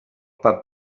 pap